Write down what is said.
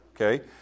okay